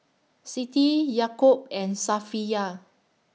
Siti Yaakob and Safiya